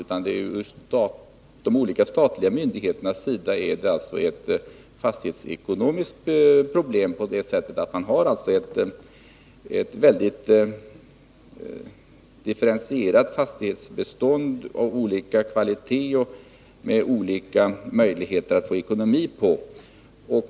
Från de olika statliga myndigheternas sida sett är det ett fastighetsekonomiskt problem på det sättet att man har ett väldigt differentierat fastighetsbestånd av olika kvalitet och med olika möjligheter till lönsamhet.